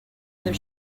other